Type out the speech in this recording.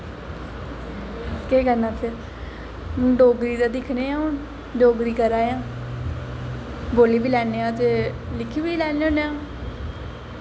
केह् करना फिर डोगरी दा दिक्खने आं हून डोगरी करा'रदे आं बोल्ली बी लैन्ने आं ते लिखी बी लैन्ने होन्ने आं